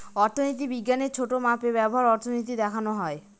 অর্থনীতি বিজ্ঞানের ছোটো মাপে ব্যবহার অর্থনীতি দেখানো হয়